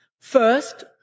First